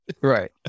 right